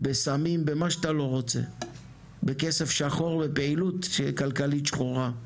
בסמים, בכסף שחור, בפעילות כלכלית שחורה.